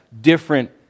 different